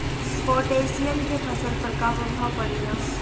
Potassium के फसल पर का प्रभाव पड़ेला?